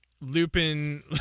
Lupin